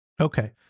Okay